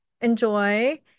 enjoy